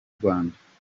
rwanda